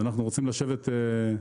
אנחנו רוצים לשבת יחד